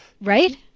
Right